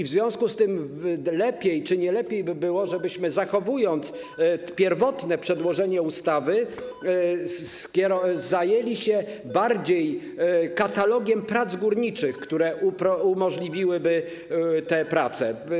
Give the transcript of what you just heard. W związku z tym czy nie lepiej by było, żebyśmy zachowując pierwotne przedłożenie ustawy, zajęli się bardziej katalogiem prac górniczych, które umożliwiłyby te prace?